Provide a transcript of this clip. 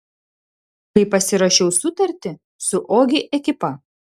kai pasirašiau sutartį su ogi ekipa